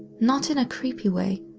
not in a creepy way,